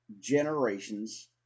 Generations